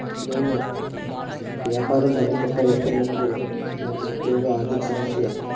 నేను వ్యాపారం మొదలు పెట్టాలనుకున్నప్పుడు నాకు ముఖ్యంగా ఆర్దికసమస్య